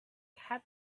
had